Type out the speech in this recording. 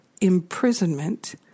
imprisonment